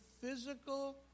physical